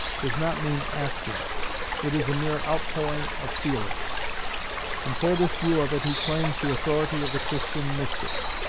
does not mean asking it is a mere outpouring of feeling and for this view of it he claims the authority of the christian mystics.